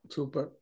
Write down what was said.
Super